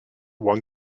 one